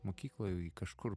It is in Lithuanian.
mokykloj kažkur